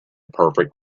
perfect